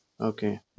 Okay